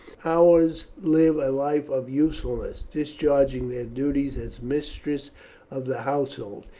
ours live a life of usefulness, discharging their duties as mistress of the household,